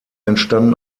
entstanden